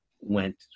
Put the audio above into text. went